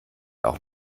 auch